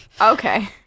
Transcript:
okay